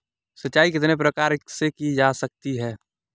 सिंचाई कितने प्रकार से की जा सकती है?